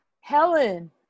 Helen